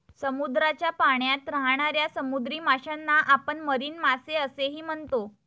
समुद्राच्या पाण्यात राहणाऱ्या समुद्री माशांना आपण मरीन मासे असेही म्हणतो